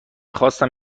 خواستم